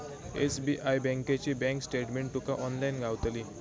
SBI बँकेची bank statement तुका online गावतली